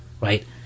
right